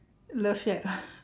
love shack ah